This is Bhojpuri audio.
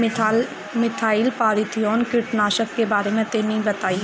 मिथाइल पाराथीऑन कीटनाशक के बारे में तनि बताई?